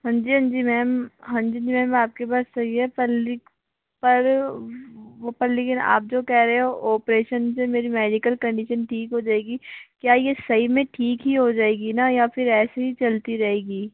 हाँ जी हाँ जी मैम हाँ जी मैम आपकी बात सही है पर पर लेकिन आप जो कह रहे हो ऑपरेशन से मेरी मेडिकल कंडीशन ठीक हो जाएगी क्या ये सही में ठीक ही हो जाएगी ना या फिर ऐसे ही चलती रहेंगी